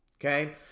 Okay